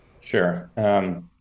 Sure